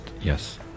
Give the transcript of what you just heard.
yes